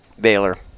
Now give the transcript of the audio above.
Baylor